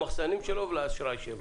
למחסנים שלו ולאשראי שלו.